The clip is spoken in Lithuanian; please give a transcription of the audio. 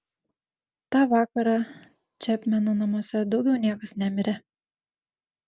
tą vakarą čepmeno namuose daugiau niekas nemirė